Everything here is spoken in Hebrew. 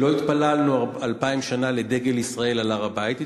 לא התפללנו אלפיים שנה לדגל ישראל על הר-הבית,